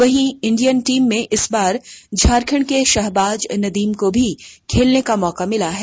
वहीं Indian team में इस बार झारखंड के शाहबाज नदीम को भी खेलने का मौका मिला है